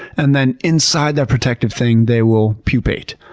and then inside that protective thing they will pupate.